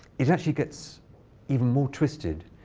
it actually gets even more twisted.